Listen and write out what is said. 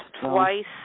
twice